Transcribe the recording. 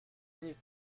minute